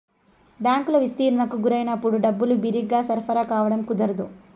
బ్యాంకులు విస్తరణకు గురైనప్పుడు డబ్బులు బిరిగ్గా సరఫరా కావడం కుదరదు